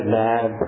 mad